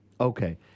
Okay